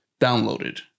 downloaded